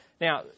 now